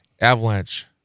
Avalanche